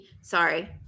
Sorry